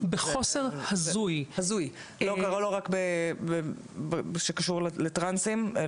לא רק במה שקשור לטרנסים,